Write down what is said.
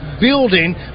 building